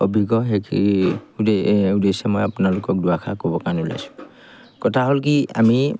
অভিজ্ঞ সেইখিনি উদ্দেশ্যে মই আপোনালোকক দুআষাৰ ক'বৰ কাৰণে ওলাইছোঁ কথা হ'ল কি আমি